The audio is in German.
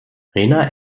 rena